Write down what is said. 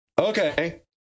okay